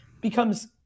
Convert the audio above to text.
becomes